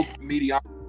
mediocre